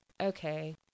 okay